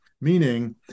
meaning